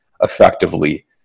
effectively